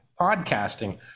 podcasting